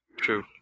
True